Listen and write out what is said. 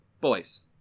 Boys